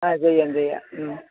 ആ ചെയ്യാം ചെയ്യാം